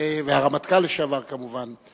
והרמטכ"ל לשעבר כמובן.